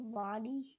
body